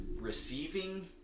receiving